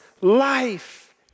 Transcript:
life